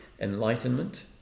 Enlightenment